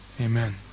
Amen